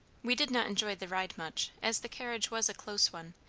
we did not enjoy the ride much, as the carriage was a close one,